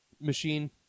machine